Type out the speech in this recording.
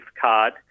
Card